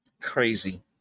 Crazy